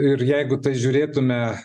ir jeigu tai žiūrėtume